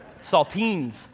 Saltines